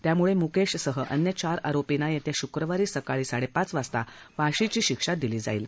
त्यामुळे मुकेशसह अन्य चार आरोपींना येत्या शुक्रचारी सकाळी साडेपाच वाजता फाशीची शिक्षा दिली जाईल